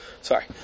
Sorry